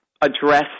address